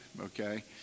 okay